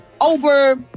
over